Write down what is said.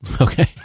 okay